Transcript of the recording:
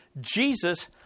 jesus